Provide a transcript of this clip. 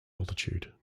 altitude